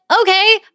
okay